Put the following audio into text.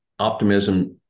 optimism